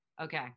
Okay